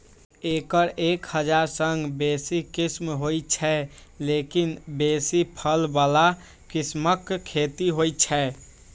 एकर एक हजार सं बेसी किस्म होइ छै, लेकिन बेसी फल बला किस्मक खेती होइ छै